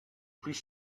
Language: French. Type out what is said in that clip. plus